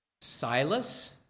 Silas